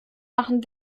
machen